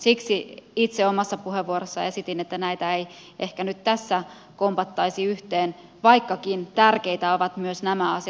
siksi omassa puheenvuorossani esitin että näitä ei ehkä nyt tässä kompattaisi yhteen vaikkakin tärkeitä ovat myös nämä asiat